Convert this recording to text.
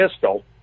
pistol